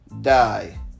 die